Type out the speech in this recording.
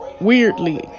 weirdly